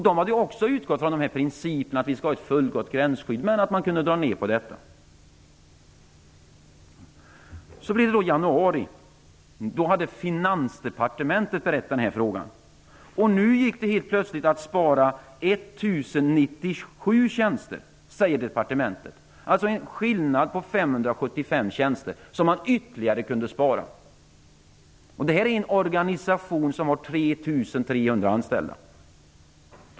Då hade man också utgått från principen om ett fullgott gränsskydd men ansett att man kunde dra ned på detta sätt. Sedan blev det januari. Då hade Finansdepartementet berett den här frågan. Nu sade departementet helt plötsligt att det gick att spara 1 097 tjänster. Man kunde alltså spara ytterligare 575 tjänster. Och det här är en organisation som har 3 300 anställda.